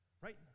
Right